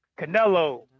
Canelo